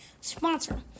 Sponsor